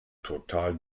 total